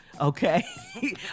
okay